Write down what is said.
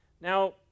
Now